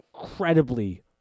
incredibly